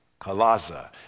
Kalaza